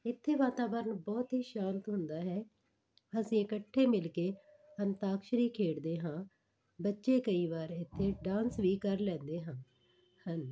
ਇੱਥੇ ਵਾਤਾਵਰਨ ਬਹੁਤ ਹੀ ਸ਼ਾਂਤ ਹੁੰਦਾ ਹੈ ਅਸੀਂ ਇਕੱਠੇ ਮਿਲ ਕੇ ਅੰਤਾਕਸ਼ਰੀ ਖੇਡਦੇ ਹਾਂ ਬੱਚੇ ਕਈ ਵਾਰ ਇੱਥੇ ਡਾਂਸ ਵੀ ਕਰ ਲੈਂਦੇ ਹਾ ਹਨ